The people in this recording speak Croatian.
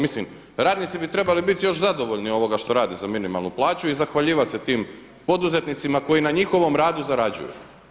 Mislim, radnici bi trebali biti još zadovoljni što rade za minimalnu plaću i zahvaljivati se tim poduzetnicima koji na njihovom radu zarađuju.